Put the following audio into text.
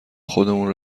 خودمون